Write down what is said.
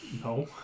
No